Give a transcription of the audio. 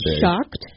shocked